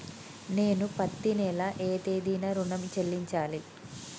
నేను పత్తి నెల ఏ తేదీనా ఋణం చెల్లించాలి?